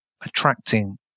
attracting